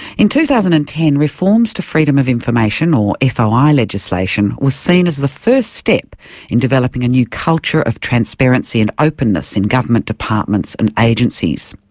in two thousand and ten, reforms to freedom of information, or foi ah legislation, was seen as the first step in developing a new culture of transparency and openness in government departments and agencies,